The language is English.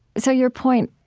so your point,